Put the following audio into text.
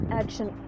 action